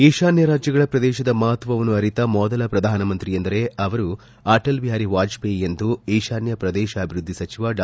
ಈಶಾನ್ಯ ರಾಜ್ಯಗಳ ಪ್ರದೇಶದ ಮಹತ್ವವನ್ನು ಅರಿತ ಮೊದಲ ಪ್ರಧಾನಮಂತ್ರಿ ಎಂದರೆ ಅವರು ಅಟಲ್ ಬಿಹಾರಿ ವಾಜಪೇಯಿ ಎಂದು ಈಶಾನ್ಯ ಪ್ರದೇಶಾಭಿವೃದ್ಧಿ ಸಚಿವ ಡಾ